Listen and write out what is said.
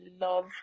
love